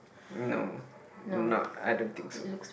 no not I don't think so